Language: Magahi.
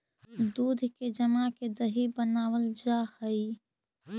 दूध के जमा के दही बनाबल जा हई